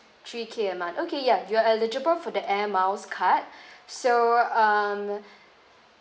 three K a month okay ya you are eligible for the air miles card so um